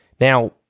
Now